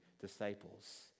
disciples